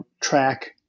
track